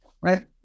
right